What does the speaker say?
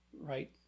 right